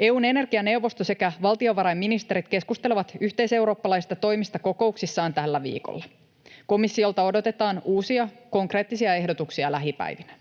EU:n energianeuvosto sekä valtiovarainministerit keskustelevat yhteiseurooppalaisista toimista kokouksissaan tällä viikolla. Komissiolta odotetaan uusia konkreettisia ehdotuksia lähipäivinä.